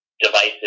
devices